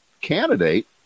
candidate